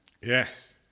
Yes